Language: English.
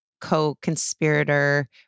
co-conspirator